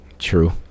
true